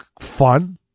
fun